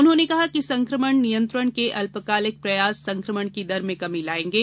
उन्होंने कहा कि संक्रमण नियंत्रण के अल्पकालिक प्रयास संक्रमण की दर में कमी लाएंगे